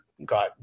got